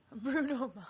Bruno